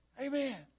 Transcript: Amen